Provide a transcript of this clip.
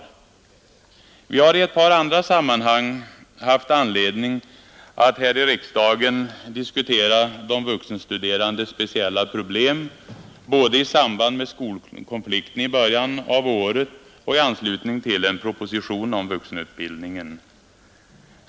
Riksdagen har i ett par andra sammanhang haft anledning att diskutera de vuxenstuderandes speciella problem, både i samband med skolkonflikten i början av året och i anslutning till en proposition om vuxenutbildningen.